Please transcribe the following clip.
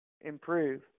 improve